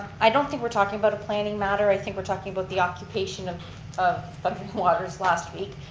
i don't think we're talking about a planning matter. i think we're talking about the occupation of thundering waters last week.